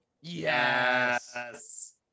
Yes